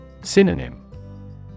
Synonym